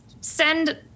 send